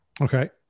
Okay